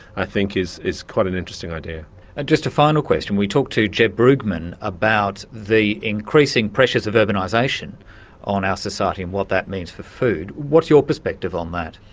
i think is is quite an interesting idea. and just a final question. we talked to jeb brugmann about the increasing pressures of urbanisation on our society and what that means for food. what's your perspective on that?